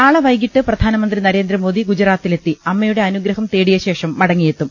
നാളെ വൈകിട്ട് പ്രധാനമന്ത്രി നരേന്ദ്രമോദി ഗൂജറാത്തിലെത്തി അമ്മയുടെ അനുഗ്രഹം തേടിയശേഷം മടങ്ങിയെത്തും